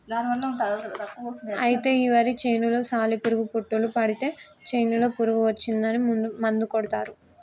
అయితే ఈ వరి చేనులో సాలి పురుగు పుట్టులు పడితే చేనులో పురుగు వచ్చిందని మందు కొడతారు